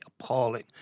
appalling